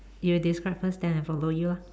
you describe first then I follow you lah